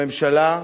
הממשלה,